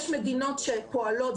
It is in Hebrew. יש מדינות שפועלות.